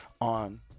on